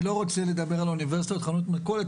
אני לא רוצה לדבר על אוניברסיטה או על חנות מכולת.